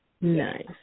nice